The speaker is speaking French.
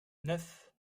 neuf